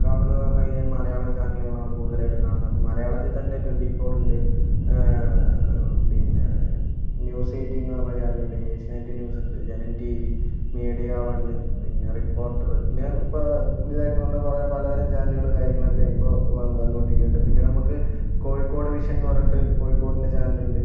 കാണുന്ന പറഞ്ഞു കഴിഞ്ഞാൽ മലയാളം ചാനലുകളാണ് കൂടുതലായിട്ടും കാണുന്നത് അപ്പം മലയാളത്തിൽ തന്നെ ട്വൻറ്റി ഫോർ ഉണ്ട് പിന്നെ ന്യൂസ് എയിറ്റീൻ എന്ന പറഞ്ഞ ചാനലുണ്ട് ഏഷ്യാനെറ്റ് ന്യൂസ് ഇണ്ട് Janam T V media one പിന്നെ റിപ്പോർട്ടർ ഇങ്ങനെ ഇപ്പോൾ പുതുതായിട്ട് വന്ന പല പലതരം ചാനലുകൾ കാര്യങ്ങൾ ഒക്കെ ഇപ്പോൾ വന്നുകൊണ്ടിരിക്കുന്നുണ്ട് പിന്നെ നമുക്ക് കോഴിക്കോട് വിഷൻ എന്ന് പറഞ്ഞിട്ട് കോഴിക്കോടിൻ്റെ ചാനൽ ഉണ്ട്